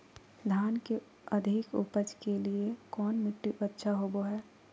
धान के अधिक उपज के लिऐ कौन मट्टी अच्छा होबो है?